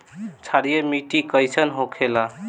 क्षारीय मिट्टी कइसन होखेला?